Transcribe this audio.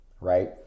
right